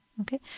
Okay